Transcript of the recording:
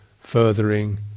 furthering